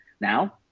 now